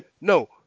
no